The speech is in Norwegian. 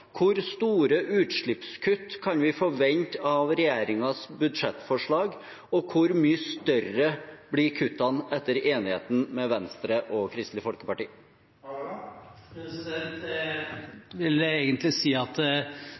Hvor store utslippskutt kan vi forvente av regjeringens budsjettforslag, og hvor mye større blir kuttene etter enigheten med Venstre og Kristelig Folkeparti? Jeg vil egentlig si at